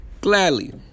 Gladly